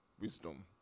wisdom